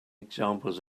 examples